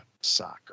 soccer